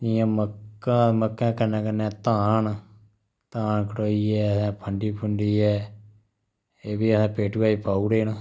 जि'यां मक्कैं कन्नै कन्नै धान धान कटोइये असैं फंडी फुंड्डी ऐ पेटुऐ च पाउड़े न